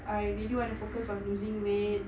I really want to focus on losing weight